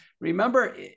Remember